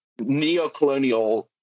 neocolonial